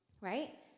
right